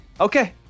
Okay